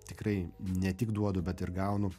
tikrai ne tik duodu bet ir gaunu